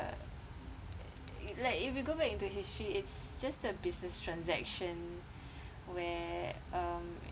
uh like if you go back into history it's just a business transaction where um